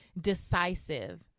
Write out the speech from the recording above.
decisive